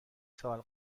سال